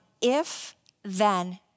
if-then